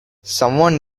someone